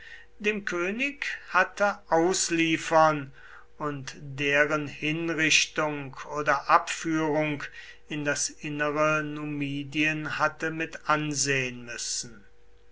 dem könig hatte ausliefern und deren hinrichtung oder abführung in das innere numidien hatte mitansehen müssen